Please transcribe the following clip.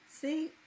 See